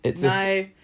No